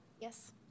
Yes